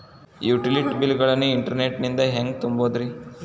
Utility bill ಗಳನ್ನ internet ನಿಂದ ಹೆಂಗ್ ತುಂಬೋದುರಿ?